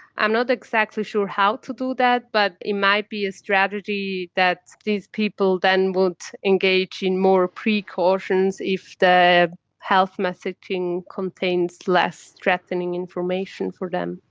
i'm not exactly sure how to do that, but it might be a strategy that these people then would engage in more precautions if the health messaging contains less threatening information for them.